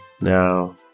Now